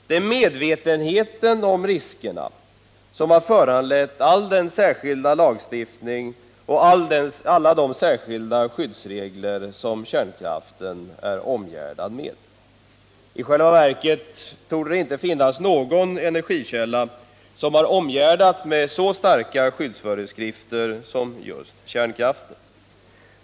Det är medvetenheten om riskerna som har föranlett all den särskilda lagstiftning och alla de särskilda skyddsregler som kärnkraften är omgärdad med. I själva verket torde det inte finnas någon energikälla som har omgärdats med så starka skyddsföreskrifter som just kärnkraften.